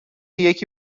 یکی